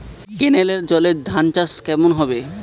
কেনেলের জলে ধানচাষ কেমন হবে?